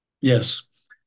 Yes